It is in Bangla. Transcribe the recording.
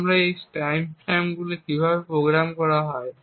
তাই আপনি এই টাইমস্ট্যাম্পগুলি কীভাবে প্রোগ্রাম করা হয়